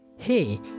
hey